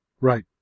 Right